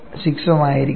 6 ഉം ആയിരിക്കും